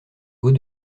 haut